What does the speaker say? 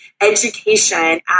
education